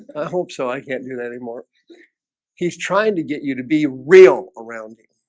i hope so. i can't do that anymore he's trying to get you to be real around him,